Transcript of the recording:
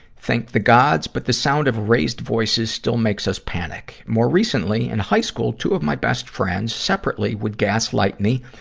thank the gods, but the sound of raised voices still makes us panic. more recently, in high school, two of my best friends separately would gaslight me,